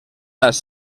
las